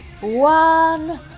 one